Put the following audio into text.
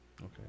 okay